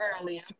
earlier